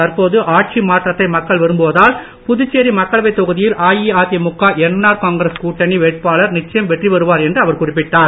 தற்போது ஆட்சி மாற்றத்தை மக்கள் விரும்புவதால் புதுச்சேரி மக்களவைத் தொகுதியில் அஇஅதிமுக என்ஆர் காங்கிரஸ் கூட்டணி வேட்பாளர் நிச்சயம் வெற்றிபெறுவார் என்று அவர் குறிப்பிட்டார்